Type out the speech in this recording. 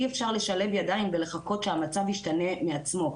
אי אפשר לשלב ידיים ולחכות שהמצב ישתנה מעצמו.